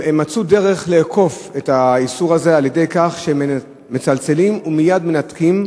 הם מצאו דרך לעקוף את האיסור הזה על-ידי כך שמצלצלים ומייד מנתקים,